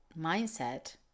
mindset